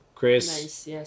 Chris